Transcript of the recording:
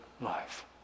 life